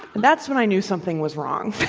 and that's when i knew something was wrong.